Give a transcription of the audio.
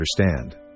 understand